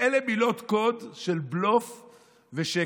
אלה מילות קוד של בלוף ושקר.